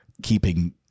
keeping